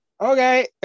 Okay